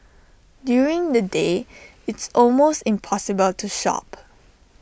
during the day it's almost impossible to shop